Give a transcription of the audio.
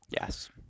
Yes